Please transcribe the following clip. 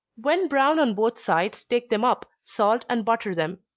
when brown on both sides, take them up, salt and butter them.